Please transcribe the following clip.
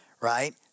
right